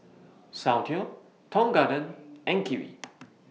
Soundteoh Tong Garden and Kiwi